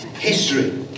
history